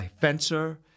Fencer